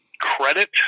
Credit